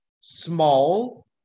small